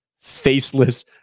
faceless